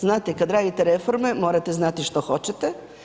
Znate, kad radite reforme, morate znati što hoćete.